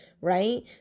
right